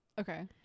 okay